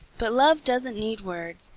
but love doesn't need words,